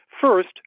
First